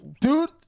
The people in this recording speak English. Dude